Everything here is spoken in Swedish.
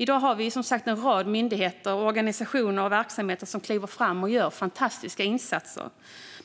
I dag har vi som sagt en rad myndigheter, organisationer och verksamheter som kliver fram och gör fantastiska insatser,